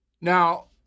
Now